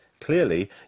Clearly